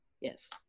yes